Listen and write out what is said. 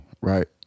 Right